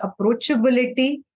approachability